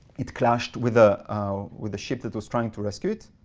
it clashed with ah with a ship that was trying to rescue it.